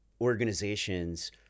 organizations